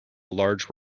large